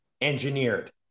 engineered